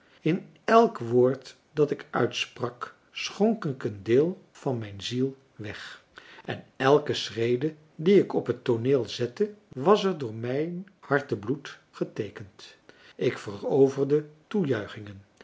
in elk woord dat ik uitsprak schonk ik een deel van mijn ziel weg en elke schrede die ik op het tooneel zette was er door mijn hartebloed geteekend ik veroverde toejuichingen